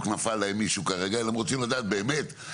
התפנה לה מישהו כרגע אלא הם רוצים לדעת באמת.